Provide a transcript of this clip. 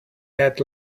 had